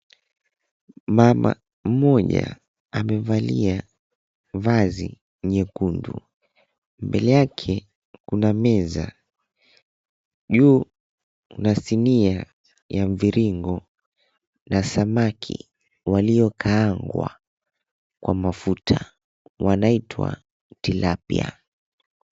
Mama mmoja amevalia vazi nyekundu. Mbele yake kuna meza. Juu kuna sinia ya mviringo na samaki waliokaangwa kwa mafuta, wanaitwa tilapia.